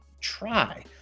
try